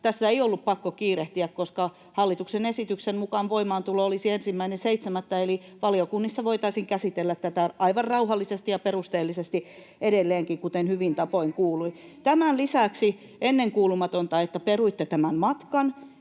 Tässä ei ollut pakko kiirehtiä, koska hallituksen esityksen mukaan voimaantulo olisi 1.7. eli valiokunnissa voitaisiin käsitellä tätä aivan rauhallisesti ja perusteellisesti edelleenkin, kuten hyviin tapoihin kuuluisi. [Saara-Sofia Sirénin välihuuto] Tämän lisäksi on ennenkuulumatonta, että peruitte tämän matkan.